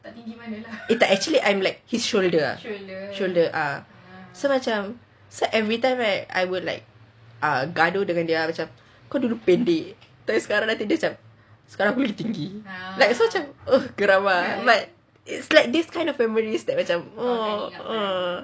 eh tak actually I'm like his shoulder shoulder ah so macam everytime right I will like gaduh dengan dia kau dulu pendek then sekarang dia macam sekarang aku lagi tinggi so macam uh geram ah but this kind of memories like macam ah